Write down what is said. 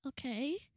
Okay